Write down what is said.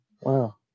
Wow